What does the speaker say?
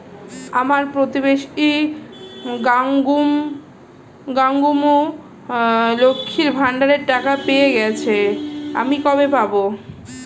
আমার প্রতিবেশী গাঙ্মু, লক্ষ্মীর ভান্ডারের টাকা পেয়ে গেছে, আমি কবে পাব?